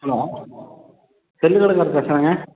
hello செல்லுக் கடைக்காரர் பேசுறேங்க